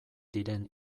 diren